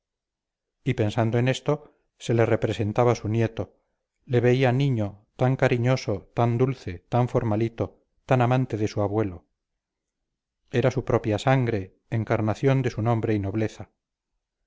y pensando en esto se le representaba su nieto le veía niño tan cariñoso tan dulce tan formalito tan amante de su abuelo era su propia sangre encarnación de su nombre y nobleza